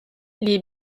les